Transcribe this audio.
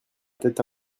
tête